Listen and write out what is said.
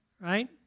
right